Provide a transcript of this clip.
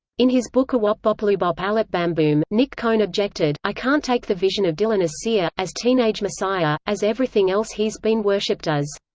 in his book awopbopaloobop alopbamboom, nik cohn objected i can't take the vision of dylan as seer, as teenage messiah, as everything else he's been worshipped as.